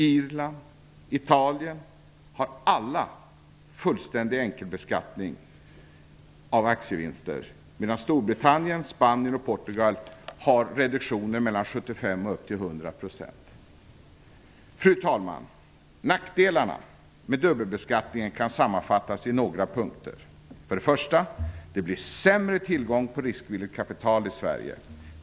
Irland, Italien har alla fullständig enkelbeskattning av aktievinster, medan Storbritannien, Spanien och Portugal har reduktioner på mellan 75 % och upp till Fru talman! Nackdelarna med dubbelbeskattning kan sammanfattas i några punkter: För det första blir det sämre tillgång på riskvilligt kapital i Sverige.